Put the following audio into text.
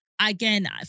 again